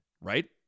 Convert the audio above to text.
right